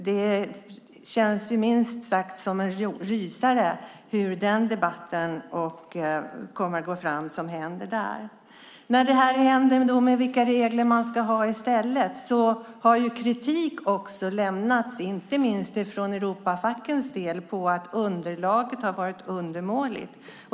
Det känns minst sagt som en rysare hur den debatten kommer att gå och vad som händer där. När det gäller vilka regler man ska ha i stället har kritik riktats, inte minst från Europafackens sida, mot att underlaget har varit undermåligt.